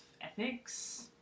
ethics